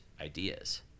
ideas